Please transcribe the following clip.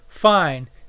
Fine